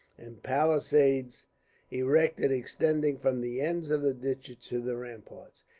and palisades erected extending from the ends of the ditches to the ramparts,